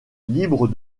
libre